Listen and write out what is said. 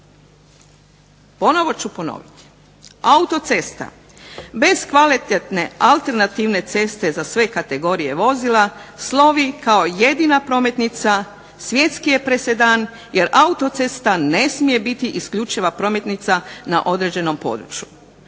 Ponovno ću ponoviti autocesta bez kvalitetne alternativne ceste za sve kategorije vozila slovi kao jedina prometnica, svjetski je presedan jer autocesta ne smije biti isključiva prometnica na određenom području.